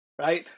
right